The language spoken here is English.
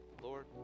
Lord